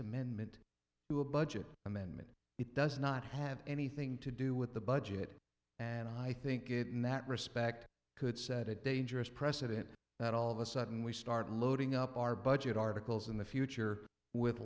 amendment to a budget amendment it does not have anything to do with the budget and i think it in that respect could set a dangerous precedent that all of a sudden we start loading up our budget articles in the future with